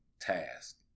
task